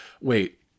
wait